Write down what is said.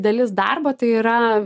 dalis darbo tai yra